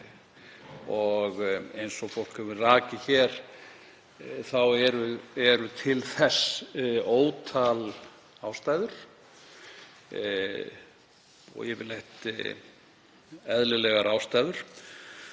Eins og fólk hefur rakið hér þá eru til þess ótal ástæður, yfirleitt eðlilegar ástæður